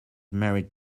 married